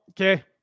okay